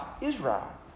Israel